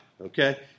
Okay